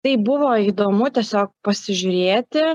tai buvo įdomu tiesiog pasižiūrėti